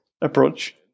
approach